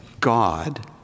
God